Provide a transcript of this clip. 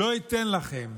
לא ניתן לכם.